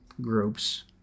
groups